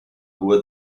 rua